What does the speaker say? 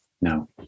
no